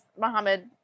mohammed